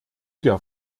der